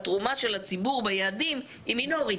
התרומה של הציבור ביעדים היא מינורית.